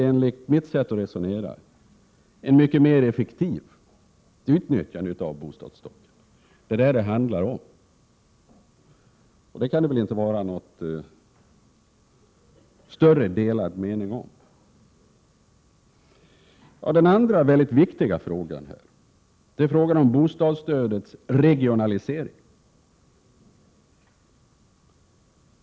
Enligt mitt sätt att resonera skulle det leda till ett mycket mer effektivt utnyttjande av bostadsstocken. Det kan väl inte råda någon större meningsskiljaktighet om att det är vad frågan gäller. En annan väldigt viktig fråga är frågan om bostadsstödets regionalisering.